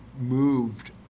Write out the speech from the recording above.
moved